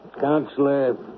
Counselor